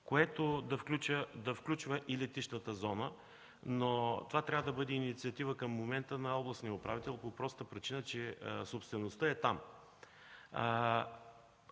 което да включва и летищната зона, но това трябва да бъде инициатива към момента на областния управител по простата причина, че собствеността е там.